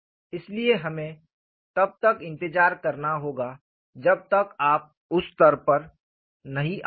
इसलिए हमें तब तक इंतजार करना होगा जब तक आप उस स्तर पर नहीं आ जाते